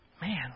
man